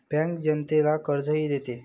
bank जनतेला कर्जही देते